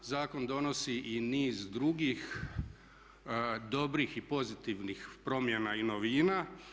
Zakon donosi i niz drugih dobrih i pozitivnih promjena i novina.